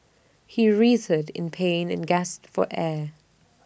he writhed in pain and gasped for air